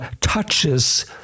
touches